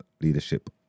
leadership